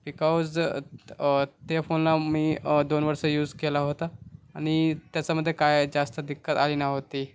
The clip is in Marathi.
बिकॉज ते फोनला मी दोन वर्ष यूस केला होता आणि त्याचामध्ये काय जास्त दिक्कत आली नव्हती